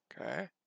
Okay